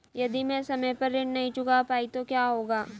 यदि मैं समय पर ऋण नहीं चुका पाई तो क्या होगा?